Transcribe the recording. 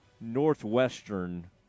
Northwestern